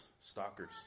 stalkers